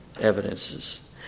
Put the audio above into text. evidences